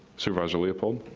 supervisor leopold?